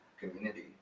community